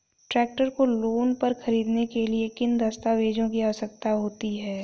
Tractor को loan पर खरीदने के लिए किन दस्तावेज़ों की आवश्यकता होती है?